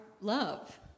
love